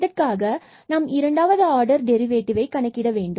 இதற்காக நாம் இரண்டாவது ஆர்டர் டெரிவேடிவ் fxx 00ஐ கணக்கிட வேண்டும்